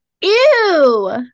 Ew